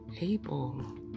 able